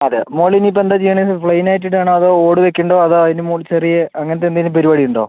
അതെ മുകളിൽ ഇനി ഇപ്പം എന്താ ചെയ്യണ്ടേ അത് പ്ലെയിൻ ആയിട്ട് ഇടാണോ അതോ ഓട് വെക്കുന്നുണ്ടോ അതോ അതിൻ്റെ മുകളിൽ ചെറിയ അങ്ങനത്തെ എന്തേലും പരിപാടി ഉണ്ടോ